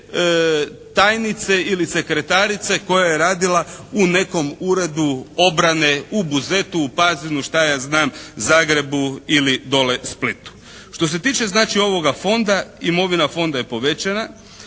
tajnice ili sekretarice koja je radila u nekom uredu obrane u Buzetu, u Pazinu, šta ja znam, Zagrebu ili dole Splitu. Što se tiče znači ovoga fonda, imovina fonda je povećana.